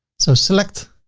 so select,